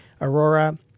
Aurora